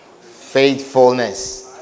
Faithfulness